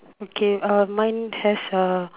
okay uh mine has a